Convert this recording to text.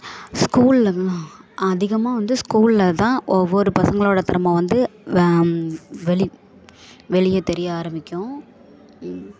school அதிகமாக வந்து ஸ்கூலில் தான் ஒவ்வொரு பசங்களோடய திறமை வந்து வெளிப் வெளியே தெரிய ஆரம்பிக்கும்